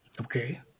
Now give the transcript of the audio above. Okay